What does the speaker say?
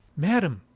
madam,